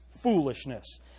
foolishness